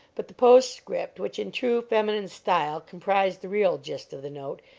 but the postscript, which in true feminine style comprised the real gist of the note,